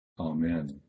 Amen